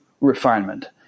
refinement